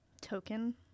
Token